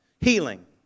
Healing